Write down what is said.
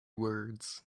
words